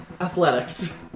athletics